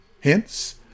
Hence